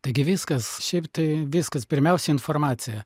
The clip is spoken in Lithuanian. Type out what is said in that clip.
taigi viskas šiaip tai viskas pirmiausia informacija